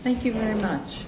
thank you very much